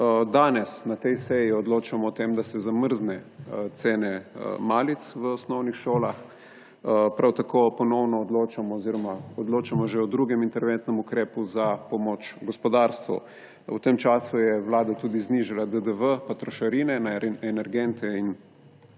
Danes na tej seji odločamo o tem, da se zamrznejo cene malic v osnovnih šolah, prav tako odločamo že o drugem interventnem ukrepu za pomoč gospodarstvu. V tem času je vlada tudi znižala DDV, trošarine na energente in